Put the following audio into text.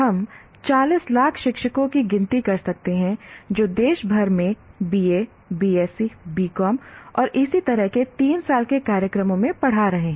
हम 40 लाख शिक्षकों की गिनती कर सकते हैं जो देश भर में BA BSc BCom और इसी तरह के 3 साल के कार्यक्रमों में पढ़ा रहे हैं